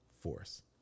force